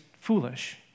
foolish